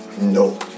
No